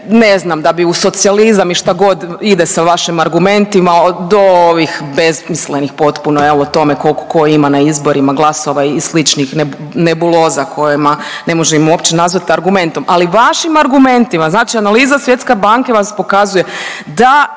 ne znam da bi u socijalizam i šta god ide sa vašim argumentima do ovih besmislenih potpuno jel o tome tko koliko ima na izborima glasova i sličnih nebuloza kojima ne možemo uopće nazvati argumentima. Ali vašim argumentima znači analiza Svjetske banke vam pokazuje da